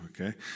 okay